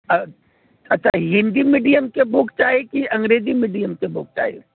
अऽ अच्छा हिन्दी मीडियमके बुक चाही कि अंग्रेजी मीडियमके बुक चाही